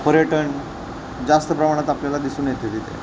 पर्यटन जास्त प्रमाणात आपल्याला दिसून येते तिथे